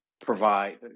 provide